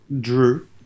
drew